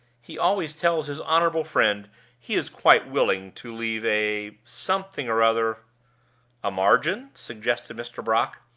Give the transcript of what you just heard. he always tells his honorable friend he is quite willing to leave a something or other a margin? suggested mr. brock.